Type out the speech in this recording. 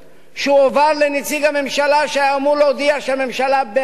שהועבר לנציג הממשלה שהיה אמור להודיע שהממשלה בעד.